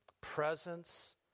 presence